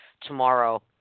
tomorrow